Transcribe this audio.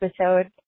episode